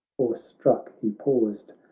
awe-struck he paused,